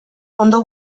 ondo